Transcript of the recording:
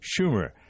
Schumer